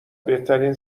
بهترین